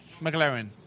McLaren